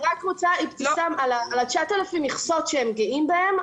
על 9,000 המכסות שהם גאים בהן,